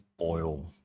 oil